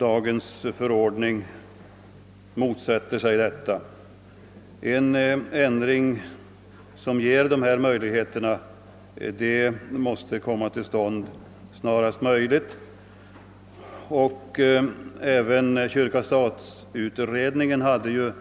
Jag anser att en ändring härvidlag måste komma till stånd snarast möjligt. även kyrka—statutredningen var ju